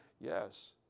Yes